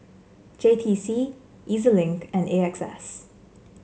J T C E Z Link and A X S